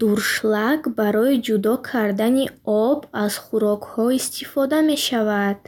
Дуршлаг барои ҷудо кардани об аз хӯрокҳо истифода мешавад.